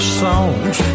songs